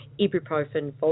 ibuprofen